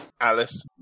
Alice